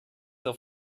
auf